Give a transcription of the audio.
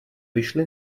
vyšli